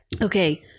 Okay